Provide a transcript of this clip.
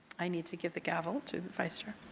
i need to give the gavel to the vice chair.